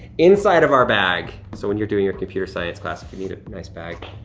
inside of our bag. so when you're doing your computer science class, if you need a nice bag,